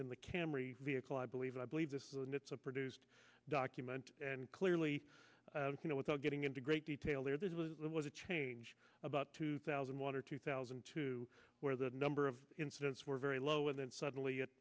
in the camry vehicle i believe i believe this is and it's a produced document and clearly you know without getting into great detail there there was a change about two thousand one or two thousand and two where the number of incidents were very low and then suddenly it